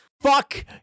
Fuck